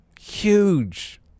Huge